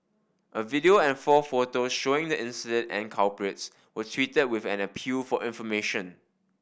a video and four photos showing the incident and the culprits were tweeted with an appeal for information